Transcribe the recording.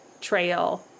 trail